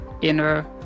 inner